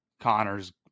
Connor's